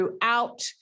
throughout